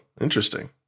interesting